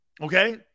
Okay